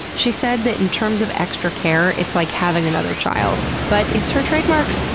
she said that in terms of extra care, it's like having another child. but it's her trademark!